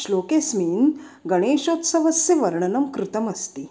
श्लोकेस्मिन् गणेशोत्सवस्य वर्णनं कृतमस्ति